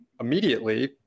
immediately